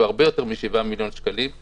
שהוא הרבה יותר מ-7 מיליון שקלים,